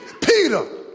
Peter